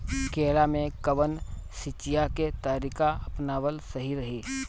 केला में कवन सिचीया के तरिका अपनावल सही रही?